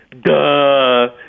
Duh